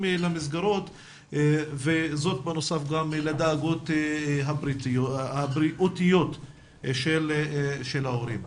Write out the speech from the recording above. למסגרות וזאת בנוסף לדאגות הבריאותיות של ההורים.